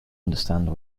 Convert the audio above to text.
understand